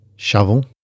Shovel